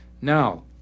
Now